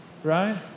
Right